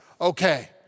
okay